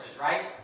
right